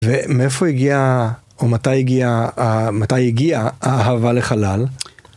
ומאיפה הגיעה, או מתי הגיעה, מתי הגיעה האהבה לחלל?